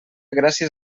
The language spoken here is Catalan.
gràcies